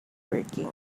working